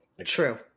True